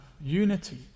unity